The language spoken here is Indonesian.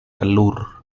telur